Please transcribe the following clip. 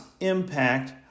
impact